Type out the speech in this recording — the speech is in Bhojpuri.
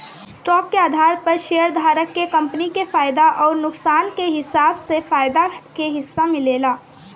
स्टॉक के आधार पर शेयरधारक के कंपनी के फायदा अउर नुकसान के हिसाब से फायदा के हिस्सा मिलेला